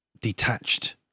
detached